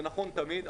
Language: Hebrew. זה נכון תמיד,